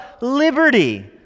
liberty